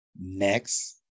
next